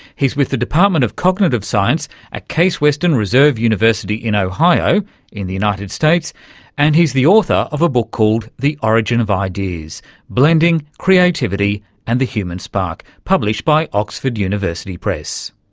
he's with the department of cognitive science at case western reserve university in ohio in the united states and he's the author of a book called the origin of ideas blending, creativity and the human spark, published by oxford university press.